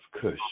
Kush